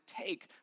take